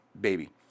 baby